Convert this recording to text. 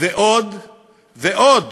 ועוד ועוד.